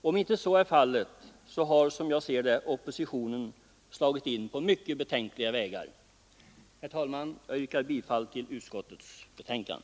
Om det inte finns något utrymme härför har, som jag ser det, oppositionen slagit in på mycket betänkliga vägar. Herr talman! Jag yrkar bifall till utskottets förslag.